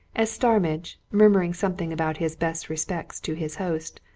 as starmidge, murmuring something about his best respects to his host,